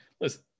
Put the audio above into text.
listen